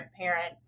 parents